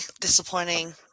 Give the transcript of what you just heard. disappointing